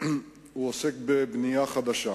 המשרד עוסק בבנייה חדשה.